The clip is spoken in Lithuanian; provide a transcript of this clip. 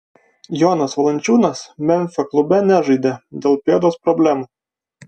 jonas valančiūnas memfio klube nežaidė dėl pėdos problemų